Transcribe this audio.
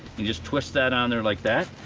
you just twist that on there, like that.